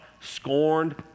scorned